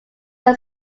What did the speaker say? were